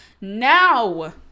now